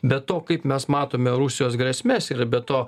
be to kaip mes matome rusijos grėsmes ir be to